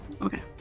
okay